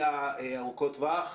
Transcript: אלא ארוכות טווח,